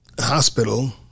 hospital